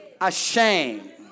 ashamed